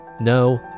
No